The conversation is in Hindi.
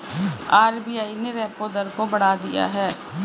आर.बी.आई ने रेपो दर को बढ़ा दिया है